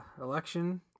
election